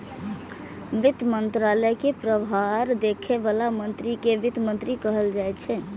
वित्त मंत्रालय के प्रभार देखै बला मंत्री कें वित्त मंत्री कहल जाइ छै